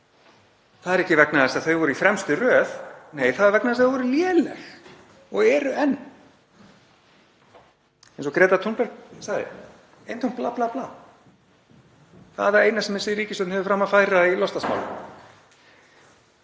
Það er ekki vegna þess að þau voru í fremstu röð. Nei, það er vegna þess að þau voru léleg og eru enn. Þetta er eins og Greta Thunberg sagði, eintómt bla, bla, bla. Það er það eina sem þessi ríkisstjórn hefur fram að færa í loftslagsmálum.